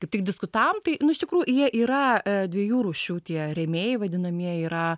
kaip tik diskutavom tai nu iš tikrųjų jie yra e dviejų rūšių tie rėmėjai vadinamieji yra